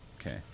Okay